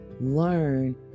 Learn